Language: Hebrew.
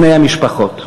בני המשפחות,